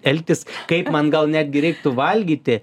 elgtis kaip man gal netgi reiktų valgyti